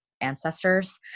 ancestors